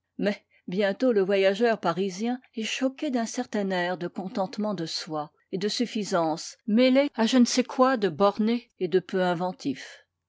bientôt le voyageur parisien est choqué d'un certain air de contentement de soi et de suffisance mêlé à je ne sais quoi de borné et de peu inventif